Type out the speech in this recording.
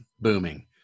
booming